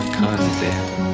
condemn